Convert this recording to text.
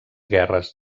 guerres